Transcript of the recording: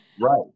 Right